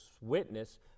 Witness